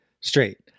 straight